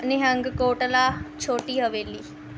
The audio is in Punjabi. ਨਿਹੰਗ ਕੋਟਲਾ ਛੋਟੀ ਹਵੇਲੀ